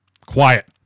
Quiet